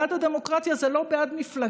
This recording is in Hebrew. בעד הדמוקרטיה, זה לא בעד מפלגה,